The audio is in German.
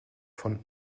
von